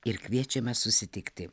ir kviečiame susitikti